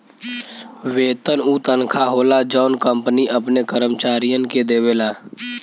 वेतन उ तनखा होला जौन कंपनी अपने कर्मचारियन के देवला